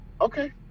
Okay